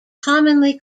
commonly